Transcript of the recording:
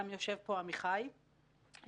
גם יושב פה עמיחי איתנו.